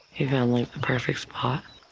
you found like the perfect spot.